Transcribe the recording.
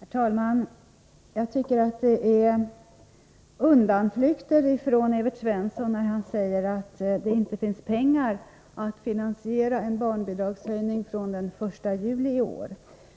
Herr talman! Jag tycker att det är undanflykter när Evert Svensson säger att det inte finns pengar att finansiera en barnbidragshöjning från den 1 juli i år.